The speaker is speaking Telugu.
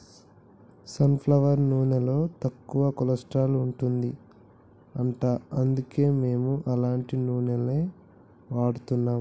సన్ ఫ్లవర్ నూనెలో తక్కువ కొలస్ట్రాల్ ఉంటది అంట అందుకే మేము అట్లాంటి నూనెలు వాడుతున్నాం